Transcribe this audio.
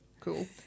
Cool